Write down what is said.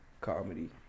Comedy